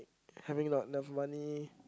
having not enough money